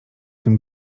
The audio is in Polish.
tym